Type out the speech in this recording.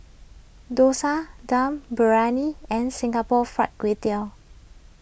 Dosa Dum Briyani and Singapore Fried Kway Tiao